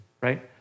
right